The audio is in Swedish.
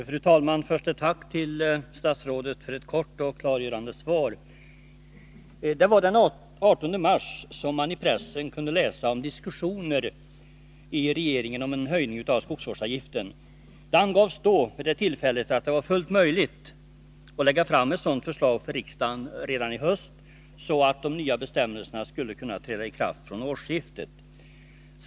Fru talman! Först vill jag tacka statsrådet för ett kort och klargörande svar. Den 18 mars kunde man i pressen läsa att det pågick diskussioner i regeringen om en höjning av skogsvårdsavgiften. Vid det tillfället angavs att det var fullt möjligt att lägga fram ett sådant förslag inför riksdagen redan i höst, så att de nya bestämmelserna skulle kunna träda i kraft vid årsskiftet.